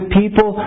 people